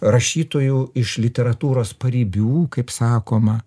rašytojų iš literatūros paribių kaip sakoma